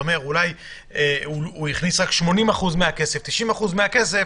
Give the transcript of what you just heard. אתה אומר שאולי הוא הכניס רק 80%-90% מהכסף